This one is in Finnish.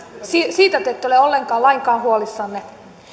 siitä te te ette ole lainkaan huolissanne